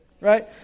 right